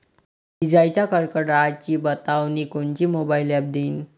इजाइच्या कडकडाटाची बतावनी कोनचे मोबाईल ॲप देईन?